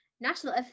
National